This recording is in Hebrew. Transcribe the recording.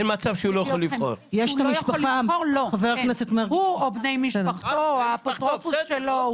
הוא או בני משפחתו או האפוטרופוס שלו,